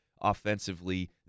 offensively